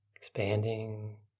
expanding